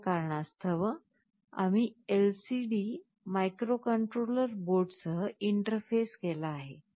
या कारणास्तव आम्ही LCD मायक्रोकंट्रोलर बोर्डसह इंटरफेस केला आहे